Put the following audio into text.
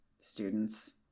students